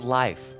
life